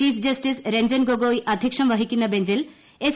chief justice Ranjan Gogoi അദ്ധ്യക്ഷം വഹിക്കുന്ന ബഞ്ചിൽ എസ്